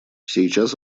сейчас